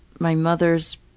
my mother's